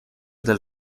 del